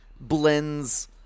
blends